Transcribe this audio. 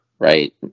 Right